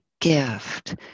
gift